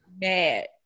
Mad